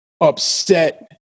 upset